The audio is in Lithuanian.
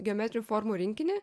geometrinių formų rinkinį